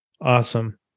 Awesome